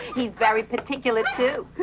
he's very particular, too.